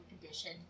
condition